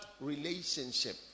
relationship